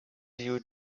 you